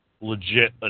legit